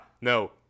no